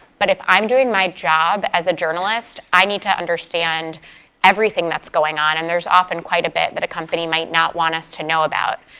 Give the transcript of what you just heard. but if i'm doing my job as a journalist, i need to understand everything that's going on and there's often quite a bit that a company might not want us to know about.